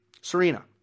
Serena